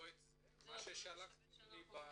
לא את זה, מה ששלחתם לי בלינק.